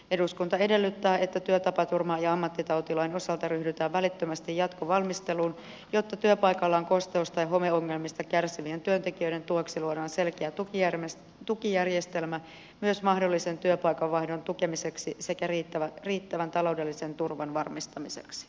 eduskunta edellyttää että työtapaturma ja ammattitautilain osalta ryhdytään välittömästi jatkovalmisteluun jotta työpaikallaan kosteus tai homeongelmista kärsivien työntekijöiden tueksi luodaan selkeä tukijärjestelmä myös mahdollisen työpaikan vaihdon tukemiseksi sekä riittävän taloudellisen turvan varmistamiseksi